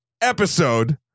episode